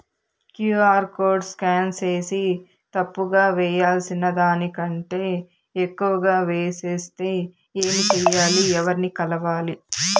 QR code scan సేసి తప్పు గా వేయాల్సిన దానికంటే ఎక్కువగా వేసెస్తే ఏమి సెయ్యాలి? ఎవర్ని కలవాలి?